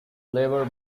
labour